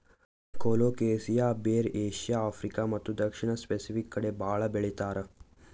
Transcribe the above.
colocasia ಬೇರ್ Asia, Africa ಮತ್ತ್ ದಕ್ಷಿಣ್ ಸ್ಪೆಸಿಫಿಕ್ ಕಡಿ ಭಾಳ್ ಬೆಳಿತಾರ್